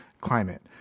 climate